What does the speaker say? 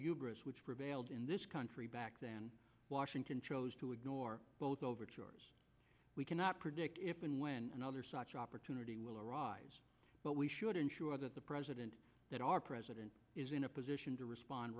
brits which prevailed in this country back then washington chose to ignore both overtures we cannot predict if and when another such opportunity will arise but we should ensure that the president that our president is in a position to respond